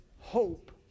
hope